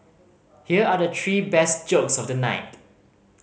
here are the three best jokes of the night